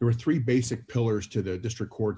there are three basic pillars to the district court's